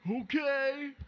Okay